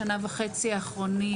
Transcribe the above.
בשנה וחצי האחרונות,